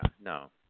no